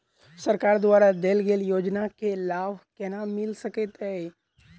सरकार द्वारा देल गेल योजना केँ लाभ केना मिल सकेंत अई?